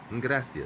Gracias